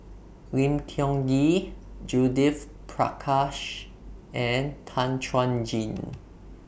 Lim Tiong Ghee Judith Prakash and Tan Chuan Jin